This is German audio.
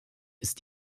ist